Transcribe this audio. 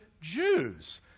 Jews